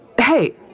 Hey